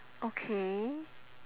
okay